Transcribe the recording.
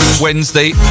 Wednesday